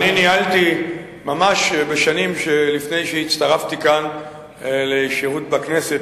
בשנים לפני שהצטרפתי כאן לשירות בכנסת,